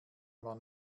war